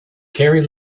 carrie